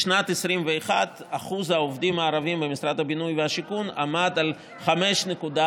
בשנת 2021 אחוז העובדים הערבים במשרד הבינוי והשיכון עמד על 5.9%,